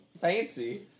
Fancy